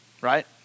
Right